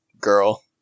girl